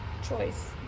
choice